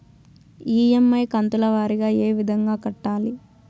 EMI కంతుల వారీగా ఏ విధంగా కట్టాలి